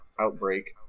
Outbreak